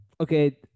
Okay